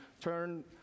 turn